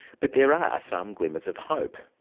but there are some glimmers of hope.